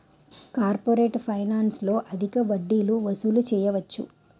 corporate ఫైనాన్స్లో అధిక వడ్డీలు వసూలు చేయవచ్చు